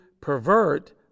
pervert